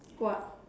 what